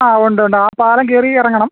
ആ ഉണ്ടുണ്ട് പാലം കയറി ഇറങ്ങണം